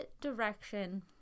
direction